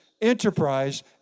enterprise